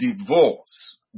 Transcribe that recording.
divorce